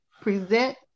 present